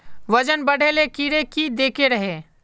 वजन बढे ले कीड़े की देके रहे?